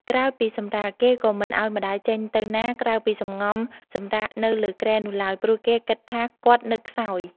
ក្រោយពីសម្រាល គេក៏មិនឱ្យម្ដាយចេញទៅណា ក្រៅពីសំងំសម្រាកនៅលើគ្រែនោះឡើយ ព្រោះគេគិតថាគាត់នៅខ្សោយ។